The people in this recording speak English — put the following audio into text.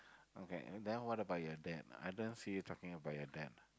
okay then what about your dad I don't see you talking about your dad